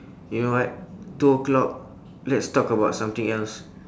you know what two o'clock let's talk about something else